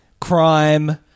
crime